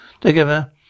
together